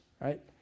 right